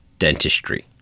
dentistry